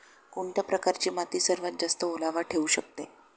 कोणत्या प्रकारची माती सर्वात जास्त ओलावा ठेवू शकते?